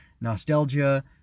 nostalgia